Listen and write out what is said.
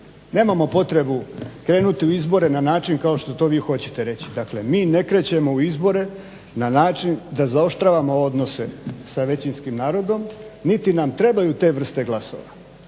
nemamo potrebu krenuti u izbore na način kao što to vi hoćete reći. Dakle mi ne krećemo u izbore na način da zaoštravamo odnose sa većinskim narodom, niti nam trebaju te vrste glasova.